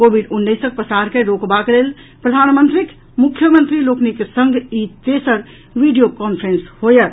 Covid उन्नैसक पसार के रोकबाक लेल प्रधानमंत्री के मुख्यमंत्री लोकनिक संग ई तेसर वीडियो कांफ्रेंस होएत